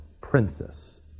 princess